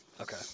Okay